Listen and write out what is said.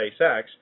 SpaceX